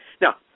Now